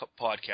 Podcast